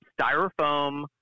styrofoam